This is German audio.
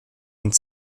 und